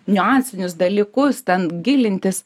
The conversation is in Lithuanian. niuansinius dalykus ten gilintis